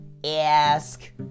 ask